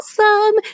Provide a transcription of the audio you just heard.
awesome